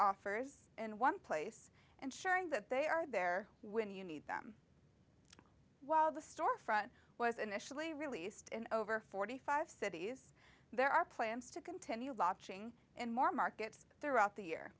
offers in one place and sharing that they are there when you need them while the store front was initially released in over forty five cities there are plans to continue watching and more markets throughout the year